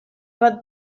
bat